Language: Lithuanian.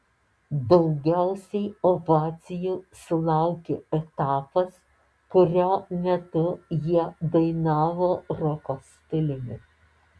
daugiausiai ovacijų sulaukė etapas kurio metu jie dainavo roko stiliumi